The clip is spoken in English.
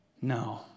No